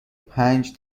پنج